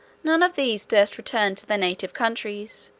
none of these durst return to their native countries,